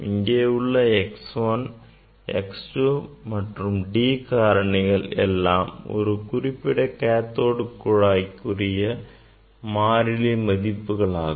இங்கே உள்ள x 1 x 2 and D காரணிகள் எல்லாம் ஒரு குறிப்பிட்ட கேத்தோடு கதிர் குழாய்க்கு உரிய மாறிலி மதிப்புகளாகும்